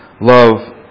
Love